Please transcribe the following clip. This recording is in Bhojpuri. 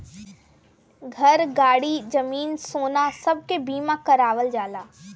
घर, गाड़ी, जमीन, सोना सब के बीमा करावल जाला